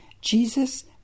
Jesus